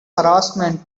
harassment